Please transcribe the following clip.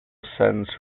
sends